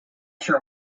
sure